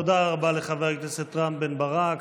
תודה רבה לחבר הכנסת רם בן ברק.